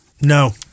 No